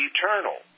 Eternal